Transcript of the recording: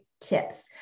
tips